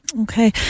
Okay